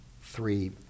three